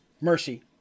Mercy